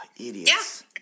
Idiots